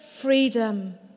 freedom